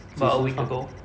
about a week ago